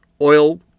oil